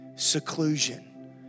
Seclusion